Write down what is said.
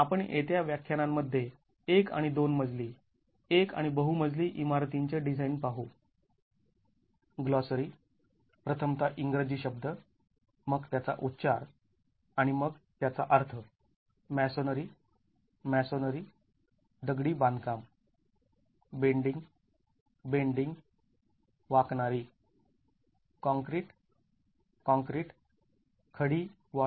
आपण येत्या व्याख्यानांमध्ये एक आणि दोन मजली एक आणि बहु मजली इमारतींचे डिझाईन पाहू